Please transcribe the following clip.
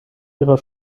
ihrer